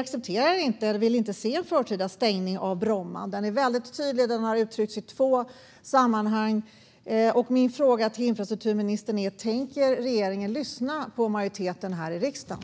accepterar eller inte vill se en förtida stängning av Bromma. Den är väldigt tydlig. Den har uttryckts i två sammanhang. Min fråga till infrastrukturministern är: Tänker regeringen lyssna på majoriteten här i riksdagen?